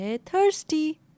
thirsty